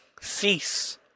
Cease